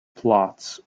plots